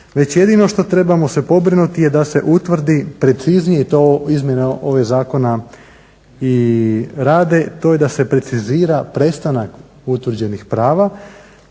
jedino što trebamo se pobrinuti je da se utvrdi preciznije i to izmjene ovog zakona i rade to je da se precizira prestanak utvrđenih prava